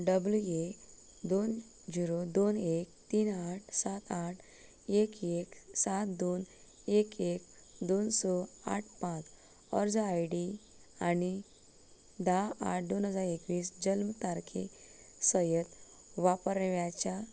W A दोन zero दोन आक तीन आठ सात आठ एक एक सात दोन एक एक दोन स आठ पांच अर्ज आय डी आनी धा आठ दोन हजार एकवीस जल्म तारखे सयत वापरप्याच्या